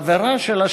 חברה שלה,